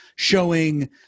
showing